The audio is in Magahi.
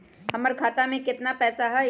हमर खाता में केतना पैसा हई?